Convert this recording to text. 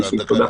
תודה.